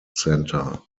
center